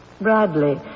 Bradley